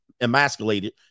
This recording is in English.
emasculated